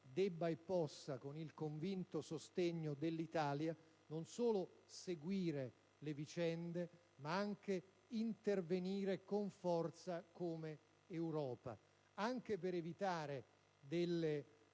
debba e possa, con il convinto sostegno dell'Italia, non solo seguire le vicende, ma anche intervenire con forza come Europa per evitare